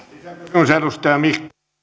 arvoisa arvoisa